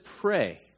pray